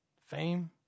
Fame